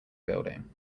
building